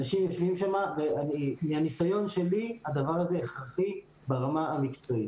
אנשים יושבים שם ומהניסיון שלי הדבר הזה הכרחי ברמה המקצועית.